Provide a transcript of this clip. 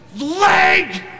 leg